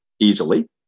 easily